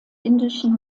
indischen